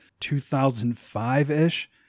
2005-ish